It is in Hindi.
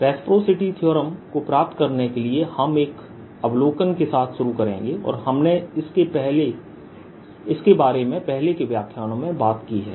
रेसप्रासिटी थीअरम को प्राप्त करने के लिए हम एक अवलोकन के साथ शुरू करेंगे और हमने इसके बारे में पहले के व्याख्यानों में बात की है